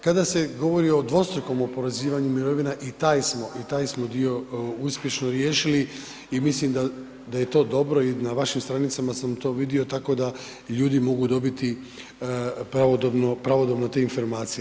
Kada se govori o dvostrukom oporezivanju mirovina i taj smo dio uspješno riješili i mislim da je to dobro i na vašim stranicama sam to vidio, tako da ljudi mogu dobiti pravodobno te informacije.